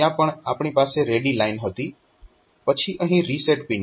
ત્યાં પણ આપણી પાસે રેડી લાઇન હતી પછી અહીં રીસેટ પિન છે